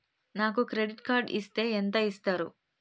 నాకు credit card ఇస్తే ఎంత ఇస్తరు?